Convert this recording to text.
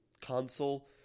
console